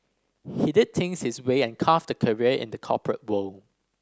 he did things his way and carved a career in the corporate world